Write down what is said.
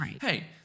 hey